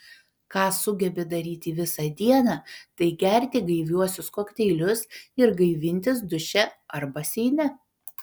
ką sugebi daryti visą dieną tai gerti gaiviuosius kokteilius ir gaivintis duše ar baseine